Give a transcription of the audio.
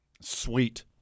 Sweet